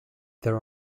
there